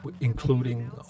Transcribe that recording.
including